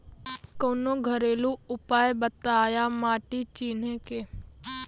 कवनो घरेलू उपाय बताया माटी चिन्हे के?